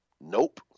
Nope